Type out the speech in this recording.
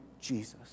Jesus